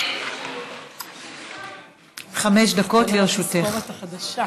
חמש דקות לרשותך.